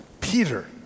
Peter